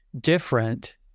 different